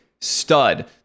stud